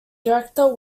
director